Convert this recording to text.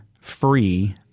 free